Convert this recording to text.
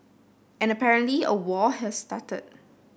and apparently a war has started